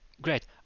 great